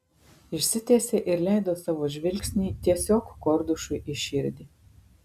išsitiesė ir leido savo žvilgsnį tiesiog kordušui į širdį